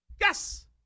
Yes